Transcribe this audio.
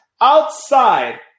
Outside